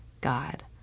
God